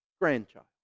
grandchild